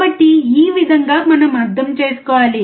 కాబట్టి ఈ విధంగా మనం అర్థం చేసుకోవాలి